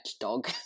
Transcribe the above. dog